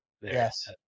yes